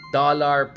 dollar